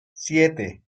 siete